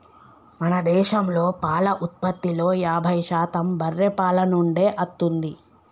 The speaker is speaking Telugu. మన దేశంలో పాల ఉత్పత్తిలో యాభై శాతం బర్రే పాల నుండే అత్తుంది